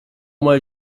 mal